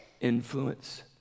influence